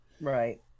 Right